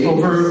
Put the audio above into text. Over